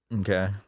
Okay